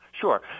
Sure